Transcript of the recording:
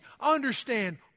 understand